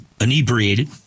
inebriated